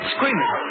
Screaming